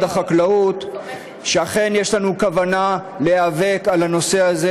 החקלאות שאכן יש לנו כוונה להיאבק על הנושא הזה,